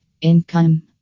Income